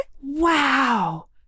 Wow